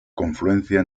confluencia